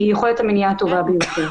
היא יכולת המניעה הטובה ביותר.